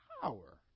power